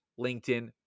LinkedIn